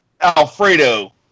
Alfredo